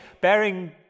bearing